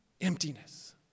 emptiness